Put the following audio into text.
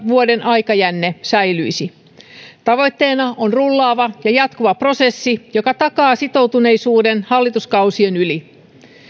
vuoden aikajänne säilyisi tavoitteena on rullaava ja jatkuva prosessi joka takaa sitoutuneisuuden hallituskausien yli